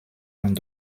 und